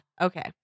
Okay